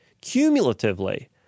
cumulatively